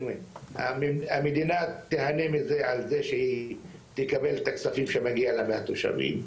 המדינה תהנה מזה שהיא תקבל את הכספים שמגיעים לה מהתושבים,